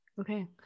Okay